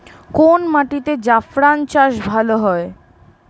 কোন মাটিতে জাফরান চাষ ভালো হয়?